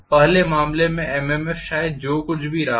पहला मामले में MMFशायद जो भी रहा हो